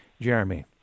Jeremy